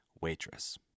Waitress